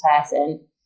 person